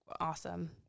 awesome